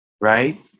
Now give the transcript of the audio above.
right